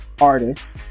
artist